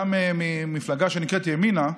גם ממפלגה שנקראת ימינה,